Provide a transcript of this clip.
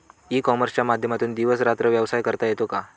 E कॉमर्सच्या माध्यमातून दिवस रात्र व्यवसाय करता येतो का?